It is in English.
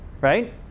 Right